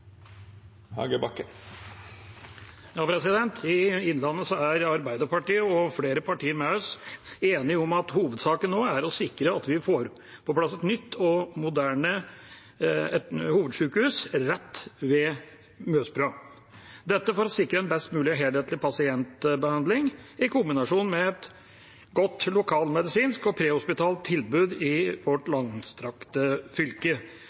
I Innlandet er Arbeiderpartiet og flere partier med oss enige om at hovedsaken nå er å sikre at vi får på plass et nytt og moderne hovedsykehus rett ved Mjøsbrua, dette for å sikre en best mulig og helhetlig pasientbehandling i kombinasjon med et godt lokalmedisinsk og prehospitalt tilbud i vårt langstrakte fylke.